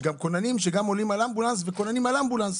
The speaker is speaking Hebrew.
יש כוננים שגם עולים על אמבולנס וכוננים על אמבולנס,